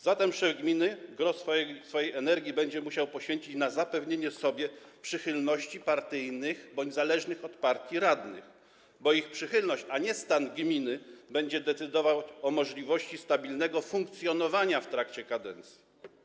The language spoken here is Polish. Zatem szef gminy gros swojej energii będzie musiał poświęcić na zapewnienie sobie przychylności partyjnych bądź zależnych od partii radnych, bo ich przychylność, a nie stan gminy, będzie decydowała o możliwości stabilnego funkcjonowania w trakcie kadencji.